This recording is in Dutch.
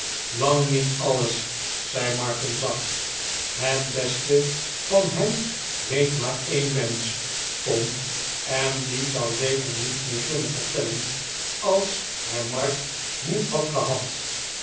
lang niet alles zei martin zacht het beste van hem weet maar een mensch tom en die zou zeker niets meer kunnen vertellen als hij mark niet had gehad